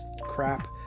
crap